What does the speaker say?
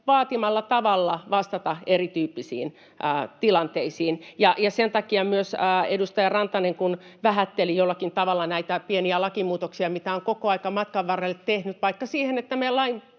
vaatimalla tavalla vastata erityyppisiin tilanteisiin. Edustaja Rantanen vähätteli jollakin tavalla näitä pieniä lakimuutoksia, mitä on koko aika matkan varrella tehty — vaikka sen suhteen, että me lain